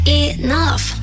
enough